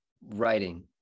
writing